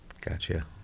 Gotcha